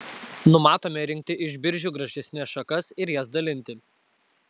numatome rinkti iš biržių gražesnes šakas ir jas dalinti